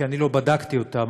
כי אני לא בדקתי אותם,